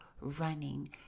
running